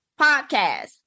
podcast